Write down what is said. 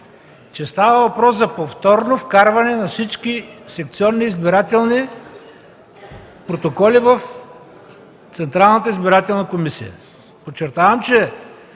че става въпрос за повторно вкарване на всички секционно-избирателни протоколи в Централната избирателна комисия. Подчертавам, че